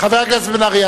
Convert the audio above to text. חבר הכנסת בן-ארי,